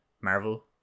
Marvel